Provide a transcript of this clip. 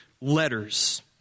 letters